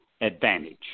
advantage